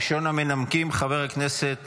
ראשון המנמקים, חבר הכנסת